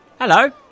Hello